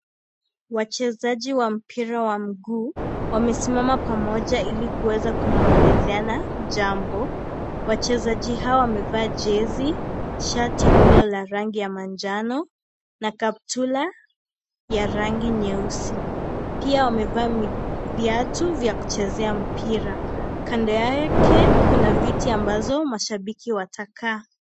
Wachezaji wa mpira wa mguu, wamesimama pamoja ili kuweza kunongonezea jambo, wachezaji hawa wamevalia jezi, shati lililo la manjano na kaptura ya rangi nyeusi, pia wamevalia viatu vya kucheza mpira, kando yake kuna viti ambazo mashabiki watakaa.